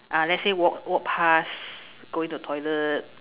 ah let say walk walk pass going to the toilet